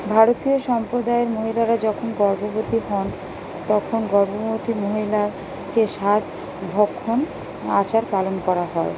ভারতীয় সম্প্রদায়ের মহিলারা যখন গর্ভবতী হন তখন গর্ভবতী মহিলাকে সাধভক্ষণ আচার পালন করা হয়